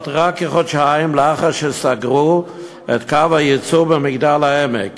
רק כחודשיים לאחר שסגרו את קו הייצור במגדל-העמק